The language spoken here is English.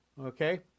Okay